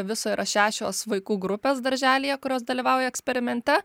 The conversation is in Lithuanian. viso yra šešios vaikų grupės darželyje kurios dalyvauja eksperimente